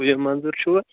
یوٗسف منظوٗر چھِو حظ